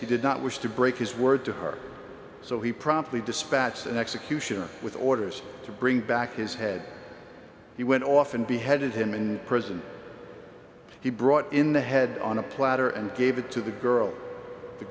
guests he did not wish to break his word to heart so he promptly dispatched an executioner with orders to bring back his head he went off and beheaded him in prison he brought in the head on a platter and gave it to the girl the